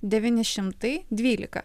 devyni šimtai dvylika